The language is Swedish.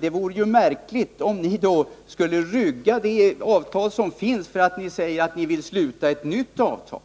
Det vore märkligt om ni skulle rygga det avtal som redan finns därför att ni säger att ni vill sluta ett nytt avtal.